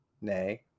Nay